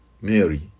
Mary